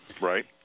Right